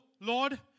Lord